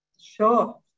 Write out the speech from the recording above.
Sure